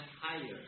higher